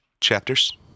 Chapters